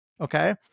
okay